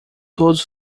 todos